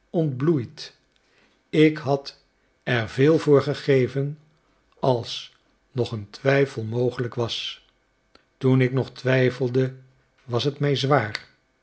ontbloeid ik had er veel voor gegeven als nog een twijfel mogelijk was toen ik nog twijfelde was het mij zwaar